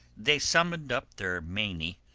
they summon'd up their meiny,